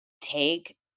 take